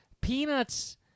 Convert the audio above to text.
peanuts